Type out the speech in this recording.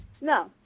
No